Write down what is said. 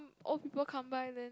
old people come by then